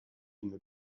une